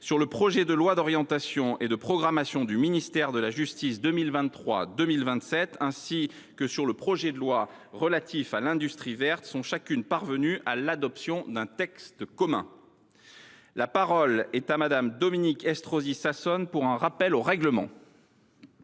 sur le projet de loi d’orientation et de programmation du ministère de la justice 2023 2027, ainsi que sur le projet de loi relatif à l’industrie verte sont chacune parvenues à l’adoption d’un texte commun. La parole est à Mme Dominique Estrosi Sassone, pour un rappel au règlement.